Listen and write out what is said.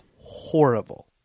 horrible